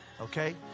Okay